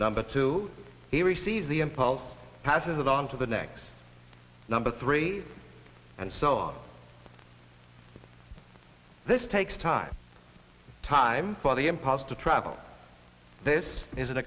number two he receives the impulse passes on to the next number three and so on this takes time time for the impulse to travel this is an